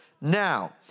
now